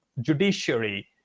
judiciary